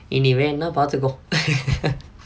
இனி வேண்ணா பாத்துக்கோ:inni vaennaa paathukko